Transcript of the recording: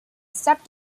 step